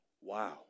wow